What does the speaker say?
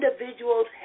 individuals